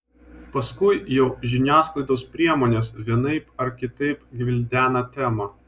paskui jau žiniasklaidos priemonės vienaip ar kitaip gvildena temą